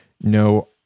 no